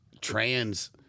trans